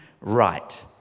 right